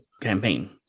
campaign